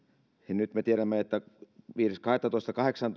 nyt me tiedämme että viides kahdettatoista